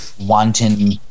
wanton